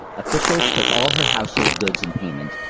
officials took all her household goods in payment,